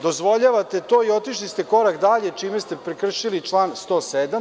Dozvoljavate to i otišli ste korak dalje čime ste prekršili član 107.